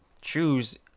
choose